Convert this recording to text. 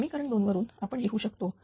समीकरण 2 वरून आपण लिहू शकतो